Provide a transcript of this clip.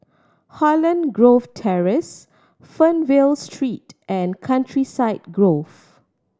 Holland Grove Terrace Fernvale Street and Countryside Grove